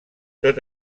tot